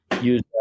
use